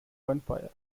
gunfire